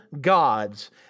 gods